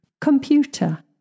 computer